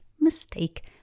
mistake